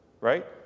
right